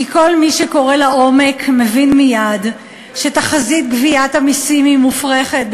כי כל מי שקורא לעומק מבין מייד שתחזית גביית המסים היא מופרכת,